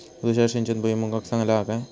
तुषार सिंचन भुईमुगाक चांगला हा काय?